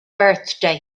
birthday